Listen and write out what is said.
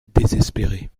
désespérée